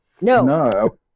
no